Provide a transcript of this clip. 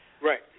Right